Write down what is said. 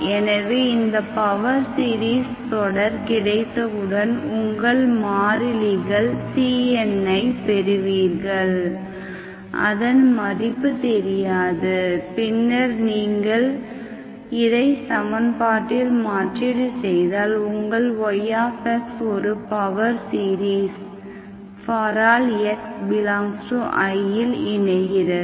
எனவே இந்த power series தொடர் கிடைத்தவுடன் உங்கள் மாறிலிகள் cnஐ பெறுவீர்கள் அதன் மதிப்பு தெரியாது பின்னர் நீங்கள் இதை சமன்பாட்டில் மாற்றீடு செய்தால் உங்கள் y ஒரு பவர் சீரிஸ் ∀x∈I இல் இணைகிறது